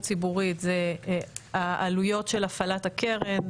ציבורית זה העלויות של הפעלת הקרן,